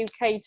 UK